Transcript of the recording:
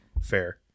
Fair